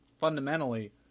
fundamentally